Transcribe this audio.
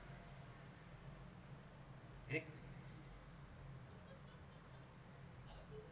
eh